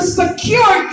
secure